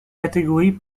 catégorie